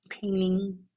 painting